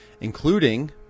including